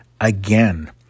again